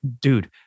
dude